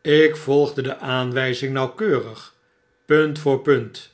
ik volgde de aanwjjzing nauwkeurig puntvoorpunt